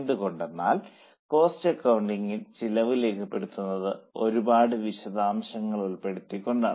എന്തുകൊണ്ടെന്നാൽ കോസ്റ്റ് അകൌണ്ടിംഗിൽ ചെലവ് രേഖപ്പെടുത്തുന്നത് ഒരുപാട് വിശദാംശങ്ങൾ ഉൾപ്പെടുത്തി കൊണ്ടാണ്